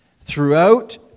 throughout